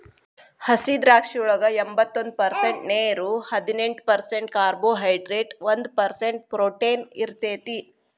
ಹಸಿದ್ರಾಕ್ಷಿಯೊಳಗ ಎಂಬತ್ತೊಂದ ಪರ್ಸೆಂಟ್ ನೇರು, ಹದಿನೆಂಟ್ ಪರ್ಸೆಂಟ್ ಕಾರ್ಬೋಹೈಡ್ರೇಟ್ ಒಂದ್ ಪರ್ಸೆಂಟ್ ಪ್ರೊಟೇನ್ ಇರತೇತಿ